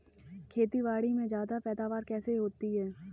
खेतीबाड़ी में ज्यादा पैदावार कैसे होती है?